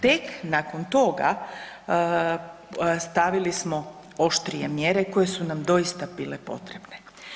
Tek nakon toga, stavili smo oštrije mjere koje su nam doista bile potrebne.